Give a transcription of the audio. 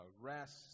rest